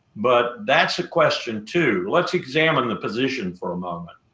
but that's a question, too. let's examine the position for a moment.